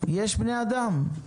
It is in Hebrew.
יש בני-אדם,